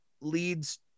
leads